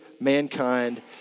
mankind